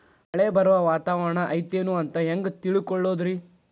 ಮಳೆ ಬರುವ ವಾತಾವರಣ ಐತೇನು ಅಂತ ಹೆಂಗ್ ತಿಳುಕೊಳ್ಳೋದು ರಿ?